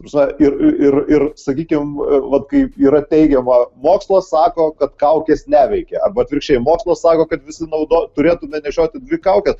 ta prasme ir ir ir sakykim vat kaip yra teigiama mokslas sako kad kaukės neveikia arba atvirkščiai mokslas sako kad visi naudo turėtume nešioti dvi kaukes